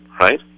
right